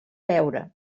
veure